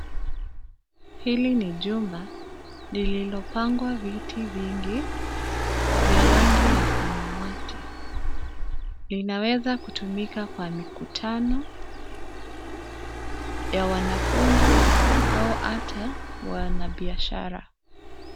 Hili ni jumba, lililo pangwa viti vingi vya rangi ya samawati. Linaweza kutumika kwa mikutano, ya wanafunzi ,au ata wanabiashara.